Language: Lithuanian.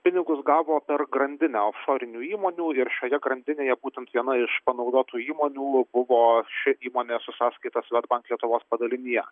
pinigus gavo per grandinę euforinių įmonių ir šioje grandinėje būtent viena iš panaudotų įmonių buvo ši įmonė su sąskaitos svedbank lietuvos padalinyje